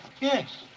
Yes